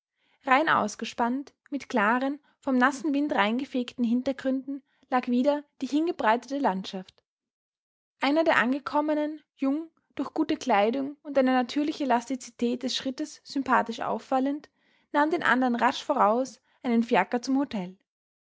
rein ausgespannt mit klaren vom nassen wind reingefegten hintergründen lag wieder die hingebreitete landschaft einer der angekommenen jung durch gute kleidung und eine natürliche elastizität des schrittes sympathisch auffallend nahm den andern rasch voraus einen fiaker zum hotel